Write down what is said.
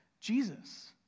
Jesus